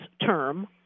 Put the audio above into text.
term